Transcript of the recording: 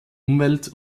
umwelt